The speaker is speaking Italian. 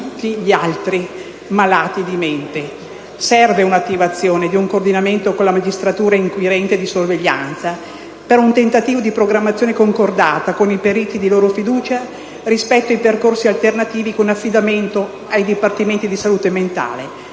tutti gli altri malati di mente. Serve l'attivazione di un coordinamento con la magistratura inquirente di sorveglianza, per un tentativo di programmazione concordata con i periti di loro fiducia rispetto ai percorsi alternativi, con l'affidamento ai dipartimenti di salute mentale,